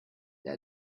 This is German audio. der